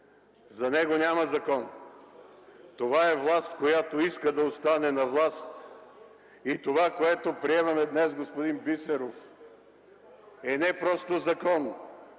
За него няма закон. Това е власт, която иска да остане на власт. Това, което приемаме днес, господин Бисеров, е не просто закон,